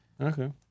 Okay